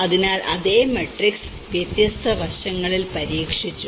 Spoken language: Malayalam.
അതിനാൽ അതേ മാട്രിക്സ് വ്യത്യസ്ത വശങ്ങളിൽ പരീക്ഷിച്ചു